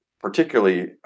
Particularly